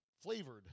flavored